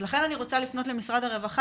לכן אני רוצה לפנות למשרד הרווחה,